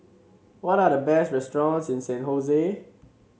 what are the best restaurants in San Jose